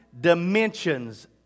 dimensions